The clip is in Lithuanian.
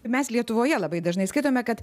mes lietuvoje labai dažnai skaitome kad